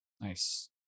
Nice